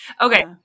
Okay